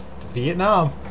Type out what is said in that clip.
Vietnam